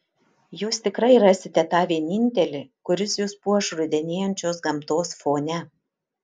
jūs tikrai rasite tą vienintelį kuris jus puoš rudenėjančios gamtos fone